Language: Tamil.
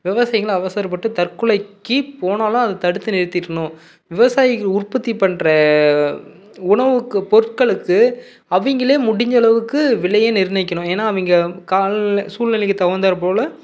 விவசாயிகள அவசரப்பட்டு தற்கொலைக்குப் போனாலும் அதை தடுத்து நிறுத்திடணும் விவசாயிகள் உற்பத்தி பண்ணுற உணவுக்கு பொருட்களுக்கு அவங்களே முடிஞ்ச அளவுக்கு விலையை நிர்ணயிக்கணும் ஏன்னா அவங்க கால சூழ்நிலைக்கு தகுந்தாற்போல்